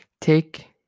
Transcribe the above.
take